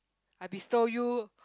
I bestow you